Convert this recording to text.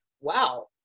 wow